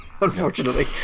unfortunately